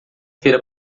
feira